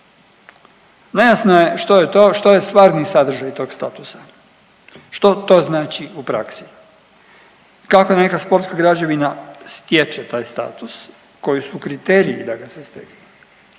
Nejasno je što je to, što je stvarni sadržaj tog statusa, što to znači u praksi. Kako neka sportska građevina stječe taj status, koji su kriteriji da ga se stekne?